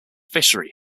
fishery